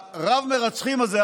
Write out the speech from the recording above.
הרב-מרצחים הזה,